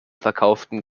verkauftem